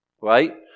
right